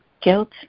guilt